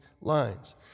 lines